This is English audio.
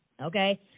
okay